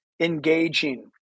engaging